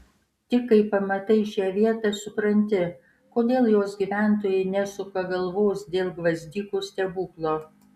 tik kai pamatai šią vietą supranti kodėl jos gyventojai nesuka galvos dėl gvazdikų stebuklo